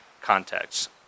contexts